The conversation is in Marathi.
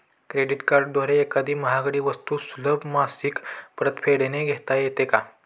क्रेडिट कार्डद्वारे एखादी महागडी वस्तू सुलभ मासिक परतफेडने घेता येते का?